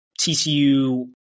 TCU